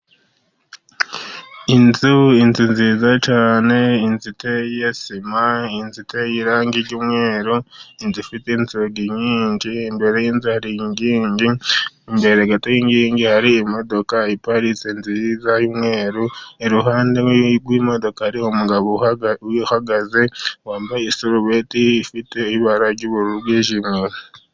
Inzu, inzu nziza cyane inzu iteye sima inzu iteye irangi ry'umweru, inzu ifite inzugi nyinshi, imbere y'inzu hari inkingi imbere gato y'inkingi hari imodoka iparitse nziza y'umweru, iruhande rw'imodoka hari umugabo uhagaze wambaye isurubeti ifite ibara ry'ubururu ryijimye.